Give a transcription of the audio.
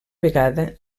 vegada